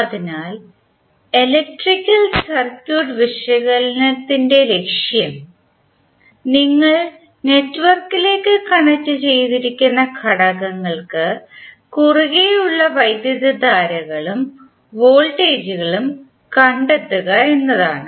അതിനാൽ electrical circuit വിശകലനത്തിന്റെ ലക്ഷ്യം നിങ്ങൾ നെറ്റ്വർക്കിലേക്ക് കണക്റ്റുചെയ്തിരിക്കുന്ന ഘടകങ്ങൾക്കു കുറുകെ ഉള്ള വൈദ്യുതധാരകളും വോൾട്ടേജുകളും കണ്ടെത്തുക എന്നതാണ്